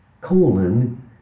Colon